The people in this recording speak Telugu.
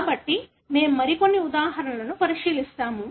కాబట్టి మనము మరికొన్ని ఉదాహరణలను పరిశీలిస్తాము